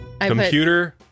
Computer